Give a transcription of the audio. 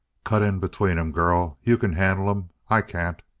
cut in between em, girl. you can handle em. i can't!